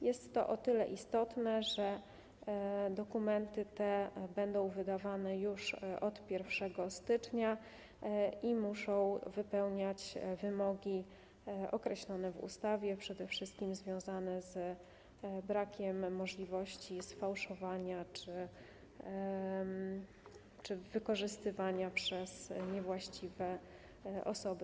Jest to o tyle istotne, że dokumenty te będą wydawane już od 1 stycznia i muszą spełniać wymogi określone w ustawie, przede wszystkim związane z brakiem możliwości ich sfałszowania czy wykorzystywania przez niewłaściwe osoby.